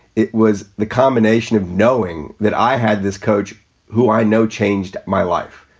it was the combination of knowing that i had this coach who i know changed my life.